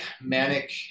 manic